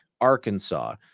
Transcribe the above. Arkansas